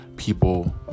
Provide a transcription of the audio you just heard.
People